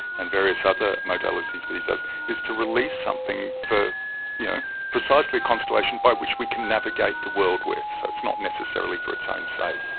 and various other modalities that he does, is to release something for you know precisely a constellation by which we can navigate the world with. so, it's not necessarily for its own sake.